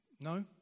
No